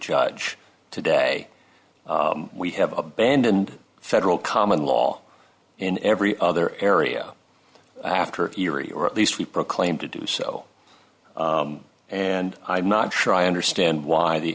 judge today we have abandoned federal common law in every other area after erie or at least we proclaim to do so and i'm not sure i understand why the